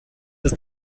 ist